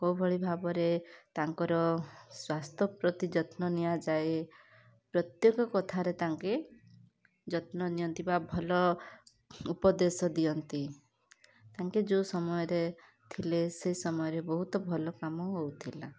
କେଉଁଭଳି ଭାବରେ ତାଙ୍କର ସ୍ୱାସ୍ଥ୍ୟ ପ୍ରତି ଯତ୍ନ ନିଆଯାଏ ପ୍ରତ୍ୟେକ କଥାରେ ତାଙ୍କେ ଯତ୍ନ ନିଅନ୍ତି ବା ଭଲ ଉପଦେଶ ଦିଅନ୍ତି ତାଙ୍କେ ଯେଉଁ ସମୟରେ ଥିଲେ ସେ ସମୟରେ ବହୁତ ଭଲ କାମ ହେଉଥିଲା